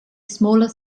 smaller